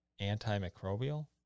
antimicrobial